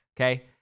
okay